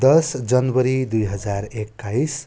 दस जनवरी दुई हजार एक्काइस